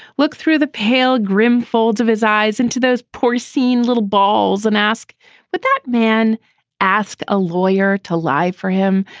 look through the pale grim folds of his eyes into those poor seen little balls and ask but that man ask a lawyer to lie for him.